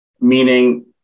meaning